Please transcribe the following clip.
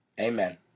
Amen